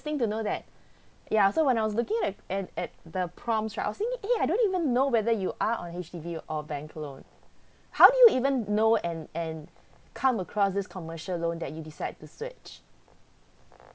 to know that ya so when I was looking at and at the prompts right I was thinking eh I don't even know whether you are on H_D_B or bank loan how did you even know and and come across this commercial loan that you decide to switch